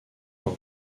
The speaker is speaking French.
lors